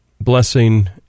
blessing